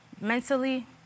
mentally